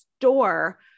store